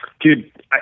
Dude